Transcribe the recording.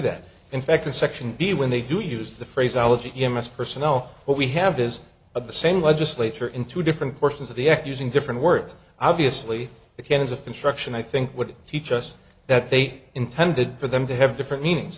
that in fact a section b when they do use the phrase elegy you must personnel what we have is of the same legislature in two different portions of the act using different words obviously the canons of construction i think would teach us that they intended for them to have different meanings